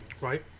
Right